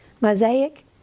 Mosaic